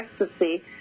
ecstasy